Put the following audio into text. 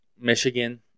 Michigan